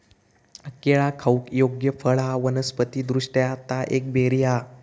केळा खाऊक योग्य फळ हा वनस्पति दृष्ट्या ता एक बेरी हा